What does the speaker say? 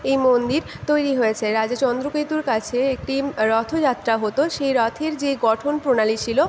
এই মন্দির তৈরি হয়েছে রাজা চন্দ্রকেতুর কাছে একটি রথযাত্রা হতো সেই রথের যে গঠন প্রণালী ছিল